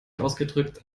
ausgedrückt